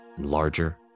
Larger